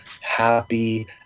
happy